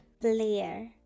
player